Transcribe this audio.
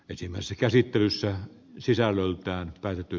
ensimmäisessä käsittelyssä sisällöltään päädytty